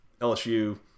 LSU